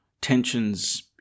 tensions